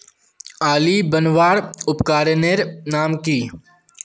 आली बनवार उपकरनेर नाम की?